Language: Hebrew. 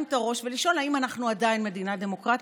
את הראש ולשאול אם אנחנו עדיין מדינה דמוקרטית.